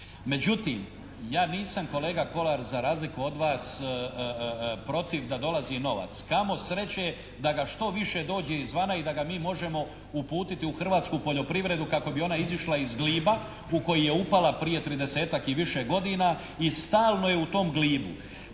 Međutim, ja nisam kolega Kolar za razliku od vas protiv da dolazi novac. Kamo sreće da ga što više dođe izvana i da ga mi možemo uputiti u hrvatsku poljoprivredu kako bi ona izišla iz gliba u koji je upala prije 30-ak i više godina i stalno je u tom glibu.